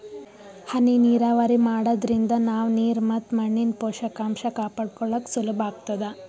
ಹನಿ ನೀರಾವರಿ ಮಾಡಾದ್ರಿಂದ ನಾವ್ ನೀರ್ ಮತ್ ಮಣ್ಣಿನ್ ಪೋಷಕಾಂಷ ಕಾಪಾಡ್ಕೋಳಕ್ ಸುಲಭ್ ಆಗ್ತದಾ